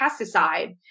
pesticide